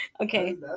Okay